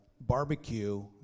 Barbecue